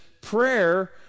prayer